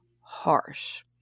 harsh